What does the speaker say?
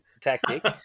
tactic